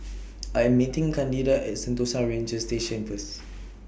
I Am meeting Candida At Sentosa Ranger Station First